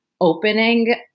opening